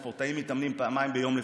ספורטאים מתאמנים לפעמים פעמיים ביום,